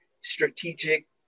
strategic